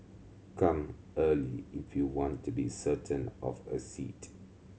come early if you want to be certain of a seat